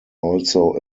also